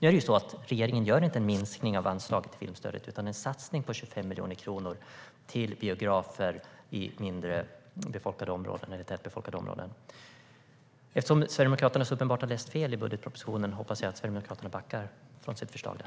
Men regeringen gör inte en minskning av anslaget till filmstödet utan en satsning på 25 miljoner kronor till biografer i mindre tätbefolkade områden. Eftersom Sverigedemokraterna så uppenbart har läst fel i budgetpropositionen hoppas jag att de backar från sitt förslag där.